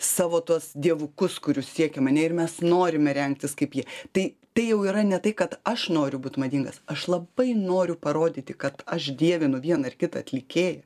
savo tuos dievukus kurių siekiam ane ir mes norime rengtis kaip jie tai tai jau yra ne tai kad aš noriu būt madingas aš labai noriu parodyti kad aš dievinu vieną ar kitą atlikėją